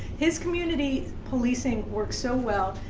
his community policing worked so well,